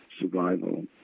survival